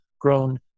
grown